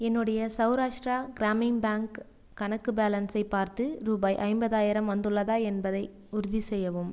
என்னுடைய செளராஷ்டிரா கிராமின் பேங்க் கணக்கு பேலன்ஸை பார்த்து ரூபாய் ஐம்பதாயிரம் வந்துள்ளதா என்பதை உறுதி செய்யவும்